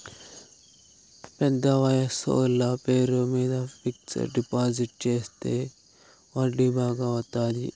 పెద్ద వయసోళ్ల పేరు మీద ఫిక్సడ్ డిపాజిట్ చెత్తే వడ్డీ బాగా వత్తాది